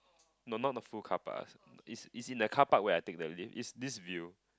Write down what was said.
no not the full carpark is is in the carpark where I take the lift is this view